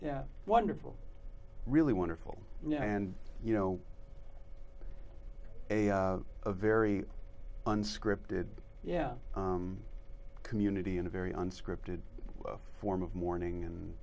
wonderful really wonderful yeah and you know a very unscripted yeah community in a very unscripted form of mourning and